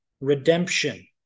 redemption